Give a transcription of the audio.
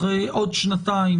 אחרי עוד שנתיים,